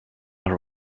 her